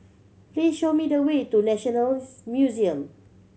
please show me the way to National Museum